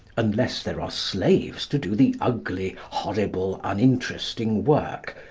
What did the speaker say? unless there are slaves to do the ugly, horrible, uninteresting work,